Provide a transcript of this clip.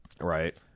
right